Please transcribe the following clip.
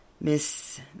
Miss